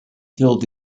filled